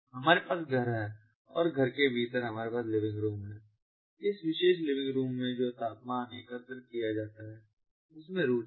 हमारे पास घर है और घर के भीतर हमारे पास लिविंग रूम है और इस विशेष लिविंग रूम से जो तापमान एकत्र किया जाता है उस में रुचि है